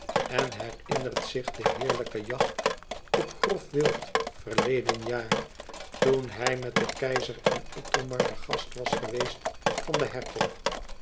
en herinnert zich de heerlijke jacht op grof wild verleden jaar toen hij met den keizer en othomar de gast was geweest van den